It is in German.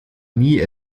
nie